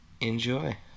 Enjoy